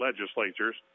legislatures